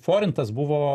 forintas buvo